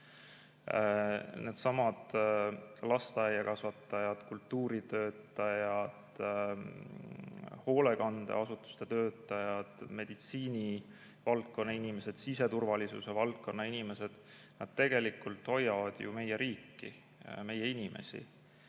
Needsamad lasteaiakasvatajad, kultuuritöötajad, hoolekandeasutuste töötajad, meditsiinivaldkonna inimesed, siseturvalisuse valdkonna inimesed – nad tegelikult hoiavad ju meie riiki, meie inimesi.